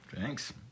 Thanks